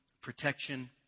protection